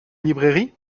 librairie